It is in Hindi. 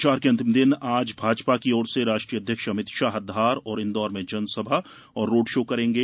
प्रचार के अंतिम दिन आज भाजपा की ओर से राष्ट्रीय अध्यक्ष अमित शाह धार और इन्दौर में जनसभा और रोड शो करेंगे